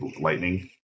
lightning